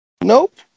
Nope